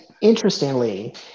interestingly